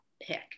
pick